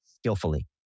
skillfully